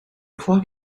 clock